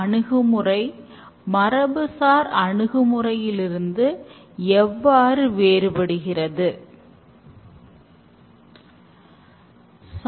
இங்கு நாம் சில நல்ல செயல்முறையை காண்போம் எப்படி எக்ஸ்டிரிம் புரோகிரோமிங் பயன்படுத்தப்படுகிறது என்பது பற்றி